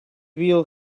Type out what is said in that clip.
will